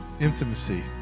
Intimacy